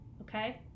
okay